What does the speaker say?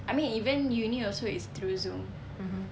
I mean even uni also is through zoom